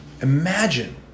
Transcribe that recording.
Imagine